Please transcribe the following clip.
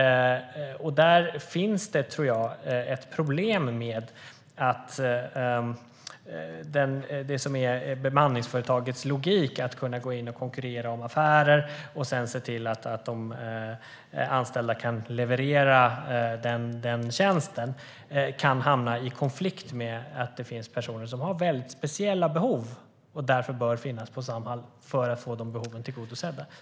Här finns det ett problem med att det som är bemanningsföretagets logik, att kunna konkurrera om affärer och sedan se till att de anställda kan leverera den tjänsten, kan hamna i konflikt med att det finns personer som har väldigt speciella behov och därför bör finnas på Samhall för att få dessa behov tillgodosedda.